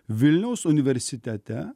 vilniaus universitete